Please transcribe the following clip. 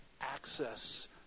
access